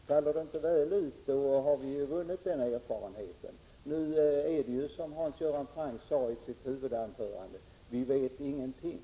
Faller det inte väl ut, har vi vunnit denna erfarenhet. Nu, som Hans Göran Franck sade i sitt huvudanförande, vet vi ingenting.